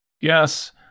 Yes